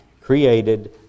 created